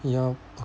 ya